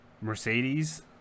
Mercedes